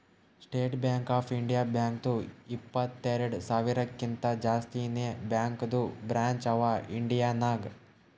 state Bank of India ಬ್ಯಾಂಕ್ದು ಇಪ್ಪತ್ತೆರೆಡ್ ಸಾವಿರಕಿಂತಾ ಜಾಸ್ತಿನೇ ಬ್ಯಾಂಕದು ಬ್ರ್ಯಾಂಚ್ ಅವಾ ಇಂಡಿಯಾ ನಾಗ್